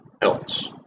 else